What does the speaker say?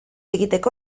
egiteko